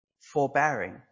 forbearing